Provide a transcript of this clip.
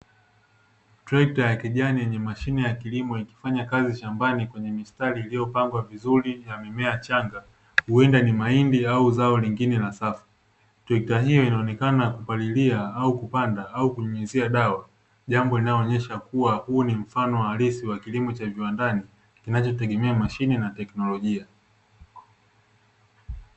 Trektra ya kijani yenye mashine ya kilimo ikifanya kazi shambani kwenye mistari iliyopangwa vizuri na mimea changa, huenda ni mahindi au zao lingine la safi. Trektra hii inaonekana kupalilia au kupanda au kunyunyizia dawa. Jambo linaonyesha kuwa, huu ni mfano halisi wa kilimo cha viwandani kinachotegemea mashine na teknolojia.